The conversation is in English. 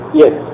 yes